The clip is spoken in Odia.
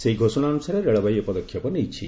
ସେହି ଘୋଷଣା ଅନୁସାରେ ରେଳବାଇ ଏହି ପଦକ୍ଷେପ ନେଇଛି